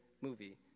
movie